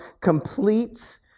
complete